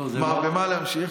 במה להמשיך?